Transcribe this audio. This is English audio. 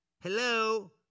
Hello